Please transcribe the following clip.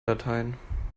dateien